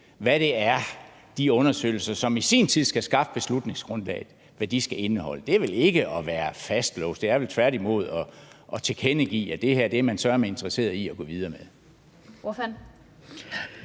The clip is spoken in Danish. hvad det er, de undersøgelser, som i sin tid skabte beslutningsgrundlaget, skal indeholde. Det er vel ikke at være fastlåst; det er vel tværtimod at tilkendegive, at det her er man søreme interesseret i at gå videre med.